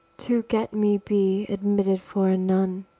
to get me be admitted for a nun.